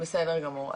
בסדר גמור.